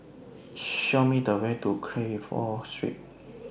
Show Me The Way to Crawford Street